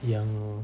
yang